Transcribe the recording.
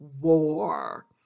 War